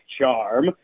charm